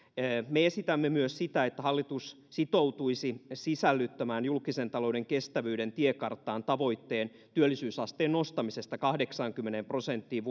me esitämme myös sitä että hallitus sitoutuisi sisällyttämään julkisen talouden kestävyyden tiekarttaan tavoitteen työllisyysasteen nostamisesta kahdeksaankymmeneen prosenttiin